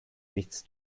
nichts